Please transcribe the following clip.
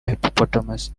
hippopotamus